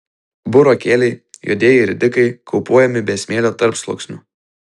burokėliai juodieji ridikai kaupuojami be smėlio tarpsluoksnių